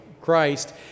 Christ